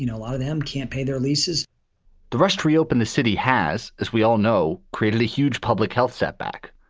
you know a lot of them can't pay their leases the rest reopen. the city has, as we all know, created a huge public health setback.